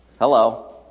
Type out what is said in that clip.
Hello